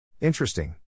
Interesting